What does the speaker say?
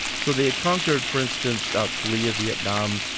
so they conquered for instance, ah korea, vietnam,